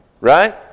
right